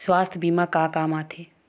सुवास्थ बीमा का काम आ थे?